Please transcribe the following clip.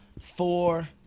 four